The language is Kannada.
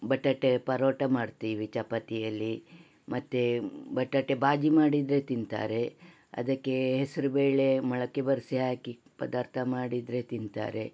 ಬಟಾಟೆ ಪರೋಟ ಮಾಡುತ್ತೀವಿ ಚಪಾತಿಯಲ್ಲಿ ಮತ್ತು ಬಟಾಟೆ ಬಾಜಿ ಮಾಡಿದರೆ ತಿಂತಾರೆ ಅದಕ್ಕೆ ಹೆಸ್ರು ಬೇಳೆ ಮೊಳಕೆ ಬರಿಸಿ ಹಾಕಿ ಪದಾರ್ಥ ಮಾಡಿದರೆ ತಿಂತಾರೆ